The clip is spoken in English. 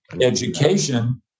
education